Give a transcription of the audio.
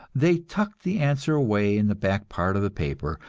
they tucked the answer away in the back part of the paper,